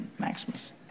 Maximus